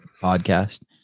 podcast